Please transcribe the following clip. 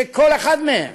שכל אחד מהם